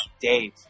Dave